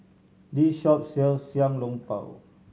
this shop sells Xiao Long Bao